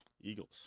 Eagles